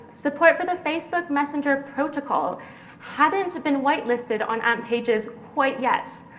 support for the facebook messenger protocol hadn't been white-listed on amp pages quite yet.